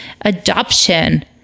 adoption